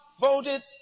voted